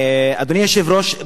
אדוני היושב-ראש,